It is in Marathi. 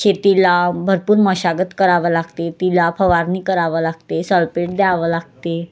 शेतीला भरपूर मशागत करावी लागते तिला फवारणी करावी लागते सल्पेट द्यावं लागते